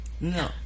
No